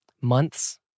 months